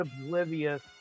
oblivious